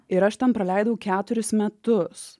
ir aš ten praleidau keturis metus